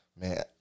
Man